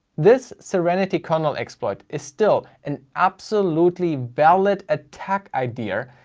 this serenity kernel exploit is still an absolutely valid attack idea,